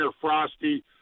Frosty